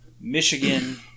Michigan